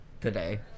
today